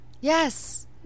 Yes